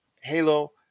halo